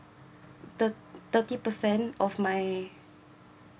thir~ thirty percent of my